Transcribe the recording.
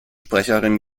sprecherin